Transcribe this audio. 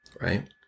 right